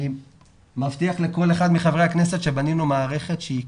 אני מבטיח לכל אחד מחברי הכנסת שבנינו מערכת שהיא